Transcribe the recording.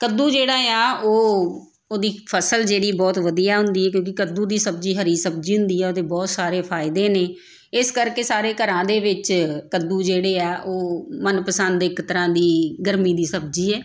ਕੱਦੂ ਜਿਹੜਾ ਆ ਉਹ ਉਹਦੀ ਫ਼ਸਲ ਜਿਹੜੀ ਬਹੁਤ ਵਧੀਆ ਹੁੰਦੀ ਹੈ ਕਿਉਂਕਿ ਕੱਦੂ ਦੀ ਸਬਜ਼ੀ ਹਰੀ ਸਬਜ਼ੀ ਹੁੰਦੀ ਆ ਉਹਦੇ ਬਹੁਤ ਸਾਰੇ ਫਾਇਦੇ ਨੇ ਇਸ ਕਰਕੇ ਸਾਰੇ ਘਰਾਂ ਦੇ ਵਿੱਚ ਕੱਦੂ ਜਿਹੜੇ ਆ ਉਹ ਮਨਪਸੰਦ ਇੱਕ ਤਰ੍ਹਾਂ ਦੀ ਗਰਮੀ ਦੀ ਸਬਜ਼ੀ ਹੈ